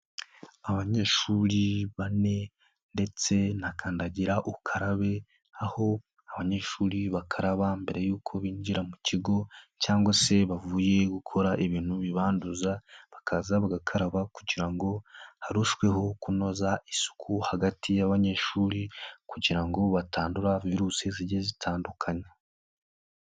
Abanyeshuri bane ndetse na kandagira ukarabe aho abanyeshuri bakaraba mbere y'uko binjira mu kigo cyangwa se bavuye gukora ibintu bibanduza bakaza bagakaraba kugira ngo harusheweho kunoza isuku hagati y'abanyeshuri kugira ngo batandura virusi zigiye zitandukanye.